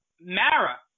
Mara